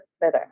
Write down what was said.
better